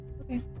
Okay